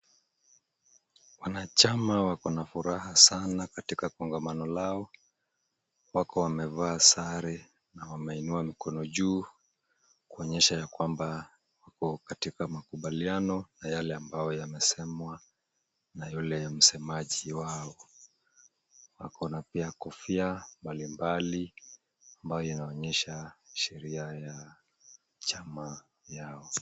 Wanachama wako furaha sana katika kongamano lao, wako wamevaa sare na wameinua mikono juu kuonyesha ya kwamba wako katika makubaliano na yale ambayo yamesemwa na yule msemaji wao, wako na pia kofia mbalimbali ambayo inaonyesha sheria ya chama yao.